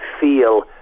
feel